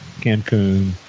Cancun